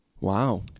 Wow